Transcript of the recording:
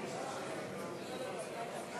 38 נגד, 36 בעד.